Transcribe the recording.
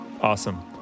Awesome